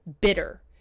bitter